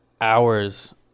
hours